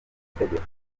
itegeko